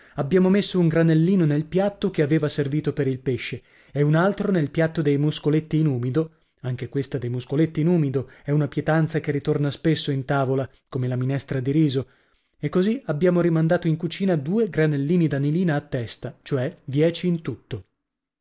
abbiamo messo un granellino nel piatto che aveva servito per il pesce e un altro nel piatto dei muscoletti in umido anche questa dei muscoletti in umido è una pietanza che ritorna spesso in tavola come la minestra di riso e così abbiamo rimandato in cucina due granellini d'anilina a testa cioè dieci in tutto